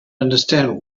understand